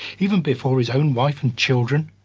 even before his own wife and children.